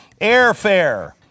airfare